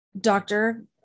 doctor